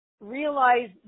realize